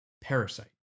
Parasite